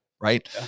right